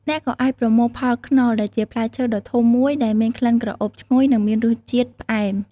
អ្នកក៏អាចប្រមូលផលខ្នុរ ដែលជាផ្លែឈើដ៏ធំមួយដែលមានក្លិនក្រអូបឈ្ងុយនិងមានរសជាតិផ្អែម។